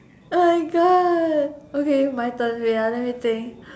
oh my god okay my turn wait ah let me think